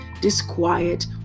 disquiet